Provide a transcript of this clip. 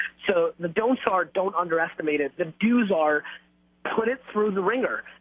so the don'ts are don't underestimate it. the do's are put it through the wringer,